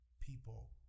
people